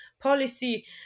policy